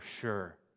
sure